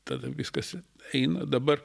tada viskas eina dabar